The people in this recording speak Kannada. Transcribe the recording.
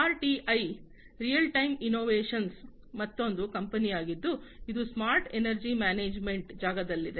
ಆರ್ಟಿಐ ರಿಯಲ್ ಟೈಮ್ ಇನ್ನೋವೇಶನ್ಸ್ ಮತ್ತೊಂದು ಕಂಪನಿಯಾಗಿದ್ದು ಇದು ಸ್ಮಾರ್ಟ್ ಎನರ್ಜಿ ಮ್ಯಾನೇಜ್ಮೆಂಟ್ ಜಾಗದಲ್ಲಿದೆ